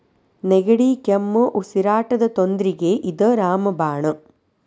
ನೆಗಡಿ, ಕೆಮ್ಮು, ಉಸಿರಾಟದ ತೊಂದ್ರಿಗೆ ಇದ ರಾಮ ಬಾಣ